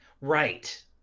Right